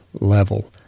level